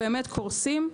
באמת קורסים.